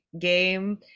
game